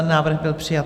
Návrh byl přijat.